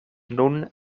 nun